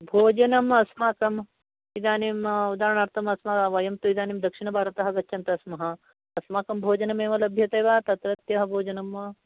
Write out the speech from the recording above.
भोजनम् अस्माकम् इदानीम् उदाहरणार्थं वयं तु इदानीं दक्षिणभारत गच्छन्त स्म अस्माकं भोजनं एव लभ्यते वा तत्रत्य भोजनम् वा